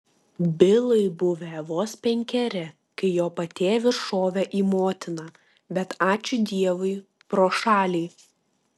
bilui buvę vos penkeri kai jo patėvis šovė į motiną bet ačiū dievui pro šalį